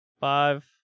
five